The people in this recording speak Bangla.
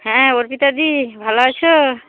হ্যাঁ অর্পিতাদি ভালো আছ